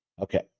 Okay